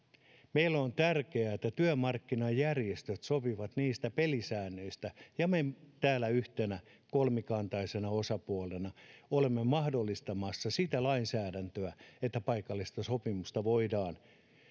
meille on tärkeää että työmarkkinajärjestöt sopivat niistä pelisäännöistä ja me täällä yhtenä kolmikantaisena osapuolena olemme mahdollistamassa sitä lainsäädäntöä että paikallista sopimista voidaan